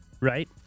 Right